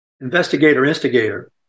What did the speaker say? investigator-instigator